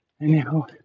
Anyhow